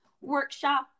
workshop